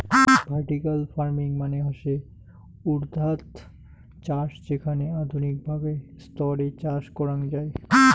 vertical farming মানে হসে উর্ধ্বাধ চাষ যেখানে আধুনিক ভাবে স্তরে চাষ করাঙ যাই